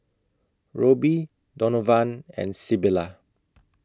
Roby Donovan and Sybilla